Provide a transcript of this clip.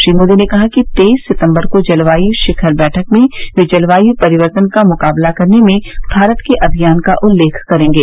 श्री मोदी ने कहा कि तेईस सितम्बर को जलवायू शिखर बैठक में वे जलवायू परिवर्तन का मुकाबला करने में भारत के अभियान का उल्लेख करेंगे